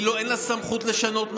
אין לה סמכות לשנות מהתוצאות,